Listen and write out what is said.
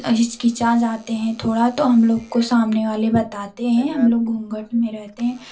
हिचकिचा जाते हैं थोड़ा तो हम लोग को सामने वाले बताते हैं हम लोग घूँघट में रहते हैं